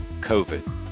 COVID